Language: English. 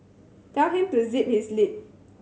tell him to zip his lip